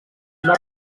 una